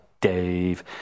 Dave